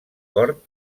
cort